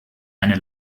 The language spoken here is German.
eine